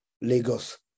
Lagos